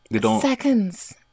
Seconds